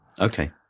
Okay